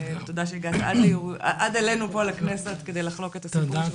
תודה שהגעת עד אלינו פה לכנסת כדי לחלוק את הסיפור שלך.